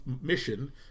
mission